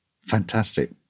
Fantastic